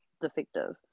defective